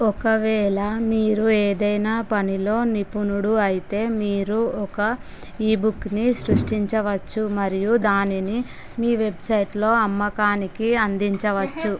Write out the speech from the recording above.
ఒకవేళ మీరు ఏదైనా పనిలో నిపుణుడు అయితే మీరు ఒక ఈబుక్ని సృష్టించవచ్చు మరియు దానిని మీ వెబ్సైట్లో అమ్మకానికి అందించవచ్చు